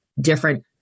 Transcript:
different